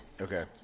Okay